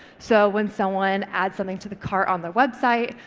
so when someone adds something to the cart on the website,